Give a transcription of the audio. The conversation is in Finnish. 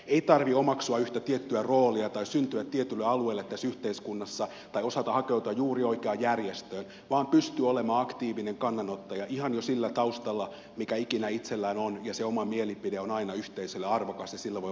ei tarvitse omaksua yhtä tiettyä roolia tai syntyä tietylle alueelle tässä yhteiskunnassa tai osata hakeutua juuri oikeaan järjestöön vaan pystyy olemaan aktiivinen kannanottaja ihan jo sillä taustalla mikä ikinä itsellään on ja se oma mielipide on aina yhteisölle arvokas ja sillä voi vaikuttaa asioihin